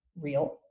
real